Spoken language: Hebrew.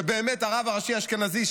ובאמת הרב הראשי האשכנזי,